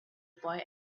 boy